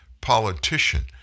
politician